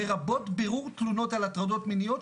לרבות בירור תלונות על הטרדות מיניות,